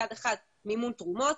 מצד אחד מימון תרומות,